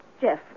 Jeff